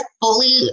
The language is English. fully